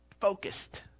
focused